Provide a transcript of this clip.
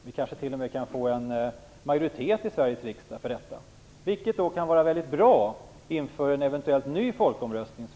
Vi kanske t.o.m. kan få en majoritet för det i Sveriges riksdag, vilket kan vara bra inför en eventuell ny folkomröstning.